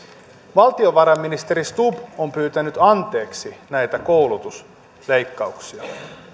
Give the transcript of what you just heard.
valtiovarainministeri stubb on pyytänyt anteeksi näitä koulutusleikkauksia